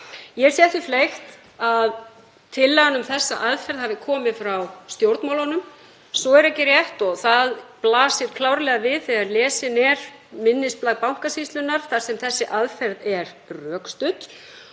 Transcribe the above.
Ég sé því fleygt að tillagan um þessa aðferð hafi komið frá stjórnmálunum. Það er ekki rétt og það blasir klárlega við þegar lesið er minnisblað Bankasýslunnar þar sem þessi aðferð er rökstudd.